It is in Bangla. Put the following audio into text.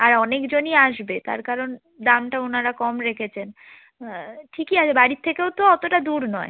আর অনেক জনই আসবে তার কারণ দামটা ওনারা কম রেখেছেন ঠিকই আছে বাড়ির থেকেও তো অতটা দূর নয়